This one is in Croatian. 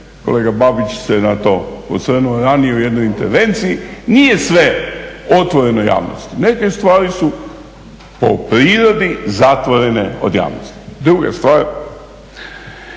kolega Babić se na to osvrnuo ranije u jednoj intervenciji, nije sve otvoreno javnosti. Neke stvari su po prirodi zatvorene od javnosti. Druga stvar,